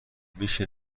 میشه